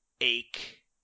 ache